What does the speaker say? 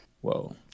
Whoa